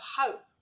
hope